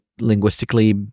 linguistically